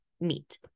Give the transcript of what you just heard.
meet